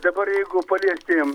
dabar jeigu palietėm